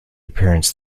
appearance